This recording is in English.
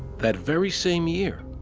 that very same year